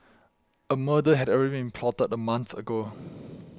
a murder had already plotted a month ago